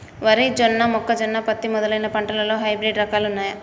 వరి జొన్న మొక్కజొన్న పత్తి మొదలైన పంటలలో హైబ్రిడ్ రకాలు ఉన్నయా?